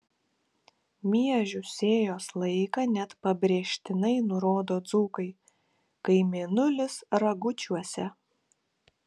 miežių sėjos laiką net pabrėžtinai nurodo dzūkai kai mėnulis ragučiuose